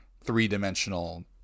three-dimensional